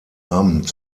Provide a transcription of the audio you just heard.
amt